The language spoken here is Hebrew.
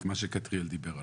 את מה שכתריאל דיבר עליו,